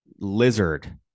lizard